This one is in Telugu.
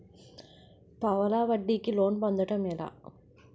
పావలా వడ్డీ కి లోన్ పొందటం ఎలా?